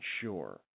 sure